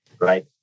right